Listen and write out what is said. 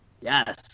Yes